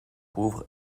pauvre